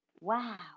wow